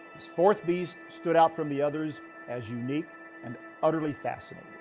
this fourth beast stood out from the others as unique and utterly fascinating.